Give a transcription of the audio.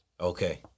Okay